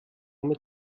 mit